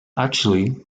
actually